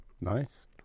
nice